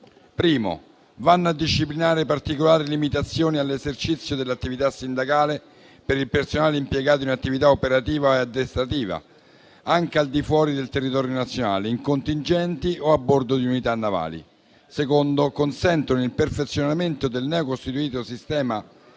che vanno a disciplinare particolari limitazioni all'esercizio dell'attività sindacale per il personale impiegato in attività operativa e addestrativa, anche al di fuori del territorio nazionale, in contingenti o a bordo di unità navali; consentono il perfezionamento del neocostituito sistema